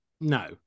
No